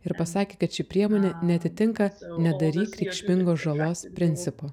ir pasakė kad ši priemonė neatitinka nedaryk reikšmingos žalios principo